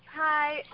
Hi